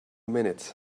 minutes